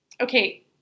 okay